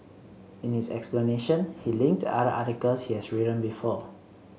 in his explanation he linked other articles he has written before